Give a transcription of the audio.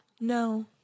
No